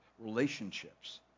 relationships